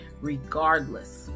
Regardless